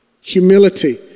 Humility